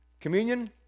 communion